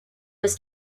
was